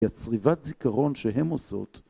צריבת זיכרון שהן עושות